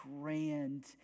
grand